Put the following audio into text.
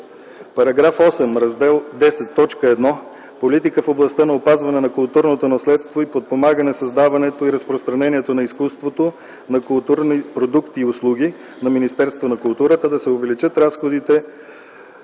В § 8, Раздел Х, т. 1 „Политика в областта на опазването на културното наследство и подпомагане създаването и разпространението на изкуството, на културни продукти и услуги” на Министерството на културата да се увеличат разходите